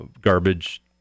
garbage